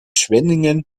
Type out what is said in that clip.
schwenningen